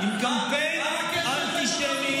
עם קמפיין אנטישמי,